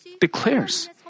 declares